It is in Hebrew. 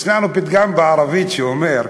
יש לנו פתגם בערבית שאומר,